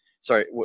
sorry